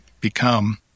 become